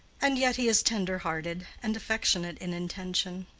and yet he is tender-hearted and affectionate in intention,